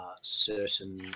certain